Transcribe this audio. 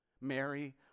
Mary